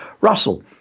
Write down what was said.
Russell